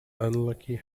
unlucky